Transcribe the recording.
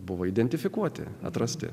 buvo identifikuoti atrasti